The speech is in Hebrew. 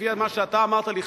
לפי מה שאתה אמרת לי,